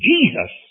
Jesus